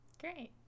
Great